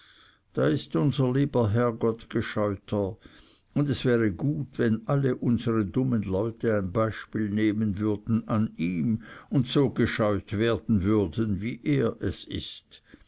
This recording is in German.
da ist unser lieber herrgott gescheuter und es wäre gut wenn all unsere dummen leute ein beispiel nehmen würden an ihm und so gescheut werden würden wie er es ist